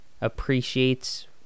appreciates